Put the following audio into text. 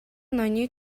ноёны